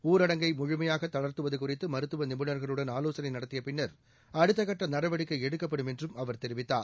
ஊரடங்கை முழுமையாக தளா்த்துவது குறித்து மருத்துவ நிபுணா்களுடன் ஆலோசனை நடத்திய பின்னர் அடுத்தக்கட்ட நடவடிக்கை எடுக்கப்படும் என்றும் அவர் தெரிவித்தார்